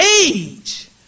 age